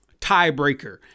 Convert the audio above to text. tiebreaker